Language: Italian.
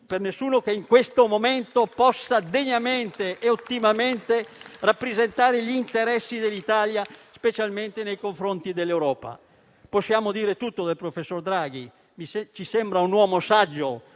miglior uomo che in questo momento possa degnamente e ottimamente rappresentare gli interessi degli italiani, specialmente nei confronti dell'Europa. Possiamo dire tutto del professor Draghi. Ci sembra un uomo saggio,